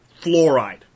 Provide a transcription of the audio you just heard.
fluoride